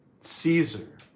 Caesar